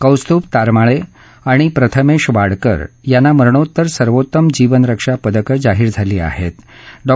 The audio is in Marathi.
कौस्तुभ तारमाळे आणि प्रथमेश वाडकर यांना मरणोत्तर सर्वोत्तम जीवनरक्षा पदकं जाहीर झालं आहे डॉ